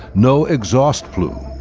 no exhaust plume,